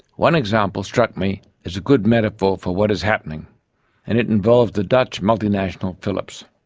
one example struck me as a good metaphor for what is happening and it involved the dutch multinational, philips.